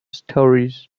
stories